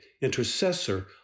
intercessor